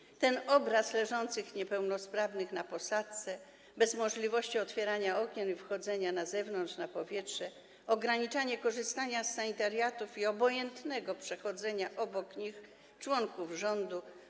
Chodzi o ten obraz leżących niepełnosprawnych na posadzce beż możliwości otwierania okien i wychodzenia na zewnątrz, na powietrze, ograniczanie korzystania z sanitariatów i obojętne przechodzenie obok nich członków rządu.